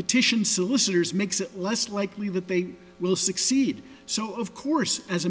petition solicitors makes it less likely that they will succeed so of course as